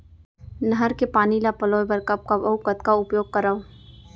नहर के पानी ल पलोय बर कब कब अऊ कतका उपयोग करंव?